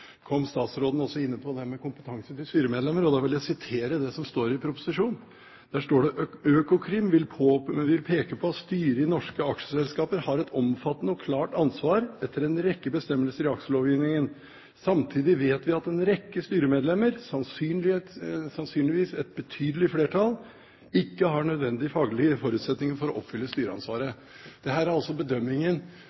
kom statsråden også inn på det med kompetansen til styremedlemmer – og da vil jeg sitere det som står i proposisjonen: «ØKOKRIM vil peke på at styret i norske aksjeselskaper har et omfattende og klart ansvar etter en rekke bestemmelser i aksjelovgivningen. Samtidig vet vi at en rekke styremedlemmer – sannsynligvis et betydelig flertall – ikke har nødvendige faglige forutsetning til å oppfylle styreansvaret.»